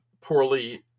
poorly